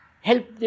help